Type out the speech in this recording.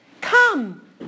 Come